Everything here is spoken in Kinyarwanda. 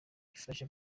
ifasha